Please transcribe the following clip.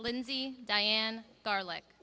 lindsay diane garlic